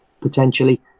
potentially